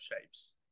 shapes